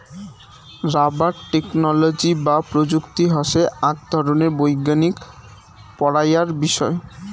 rubber technology বা প্রযুক্তি হসে আক ধরণের বৈজ্ঞানিক পড়াইয়ার বিষয়